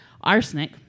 arsenic